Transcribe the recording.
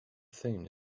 thing